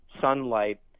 sunlight